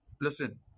Listen